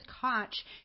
Koch